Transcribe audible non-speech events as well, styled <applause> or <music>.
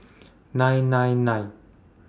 <noise> nine nine nine